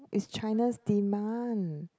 it's China's demand